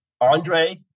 Andre